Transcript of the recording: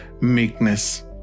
meekness